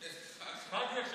איזה חג?